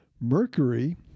Mercury